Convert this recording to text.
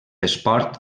esport